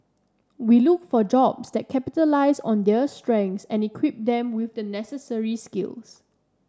we look for jobs that capitalise on their strengths and equip them with the necessary skills